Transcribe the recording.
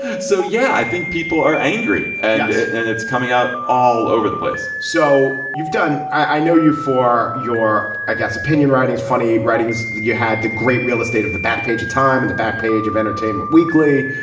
so yeah i think people are angry and and it's coming out all over the place so you've done. i know you for your i guess opinion writing funny writings that you had the great real estate of the back page of time in the back page of entertainment weekly.